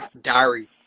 diary